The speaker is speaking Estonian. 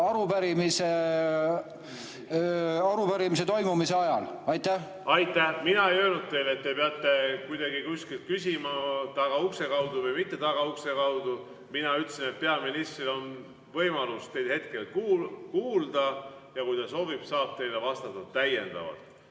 arupärimise toimumise ajal. Aitäh! Mina ei öelnud teile, et te peate kuidagi küsima tagaukse kaudu või mitte tagaukse kaudu. Mina ütlesin, et peaministril on võimalus teid praegu kuulda ja kui ta soovib, saab ta teile vastata täiendavalt.